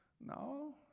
No